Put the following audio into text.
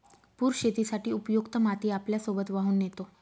पूर शेतीसाठी उपयुक्त माती आपल्यासोबत वाहून नेतो